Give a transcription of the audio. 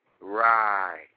Right